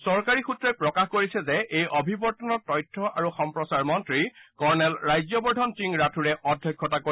চৰকাৰী সূত্ৰই প্ৰকাশ কৰিছে যে এই অভিৱৰ্তনত তথ্য আৰু সম্প্ৰচাৰ মন্ত্ৰী কৰ্ণেল ৰাজ্যবৰ্ধন সিং ৰাথোড়ে অধ্যক্ষতা কৰিব